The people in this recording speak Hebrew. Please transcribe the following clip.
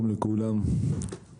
מקבלים